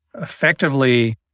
effectively